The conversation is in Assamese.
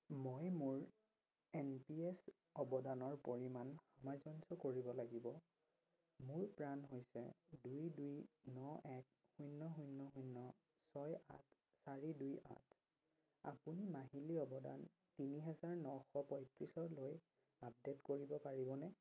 মই মোৰ এন পি এছ অৱদানৰ পৰিমাণ সামঞ্জস্য কৰিব লাগিব মোৰ প্ৰাণ হৈছে দুই দুই ন এক শূন্য শূন্য শূন্য ছয় আঠ চাৰি দুই আঠ আপুনি মাহিলী অৱদান তিনি হাজাৰ নশ পঁয়ত্ৰিছলৈ আপডেট কৰিব পাৰিবনে